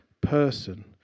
person